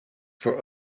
for